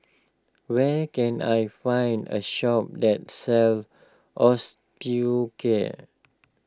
where can I find a shop that sells Osteocare